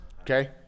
Okay